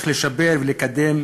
איך לשפר ולקדם